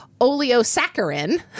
oleosaccharin